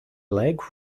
leg